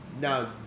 now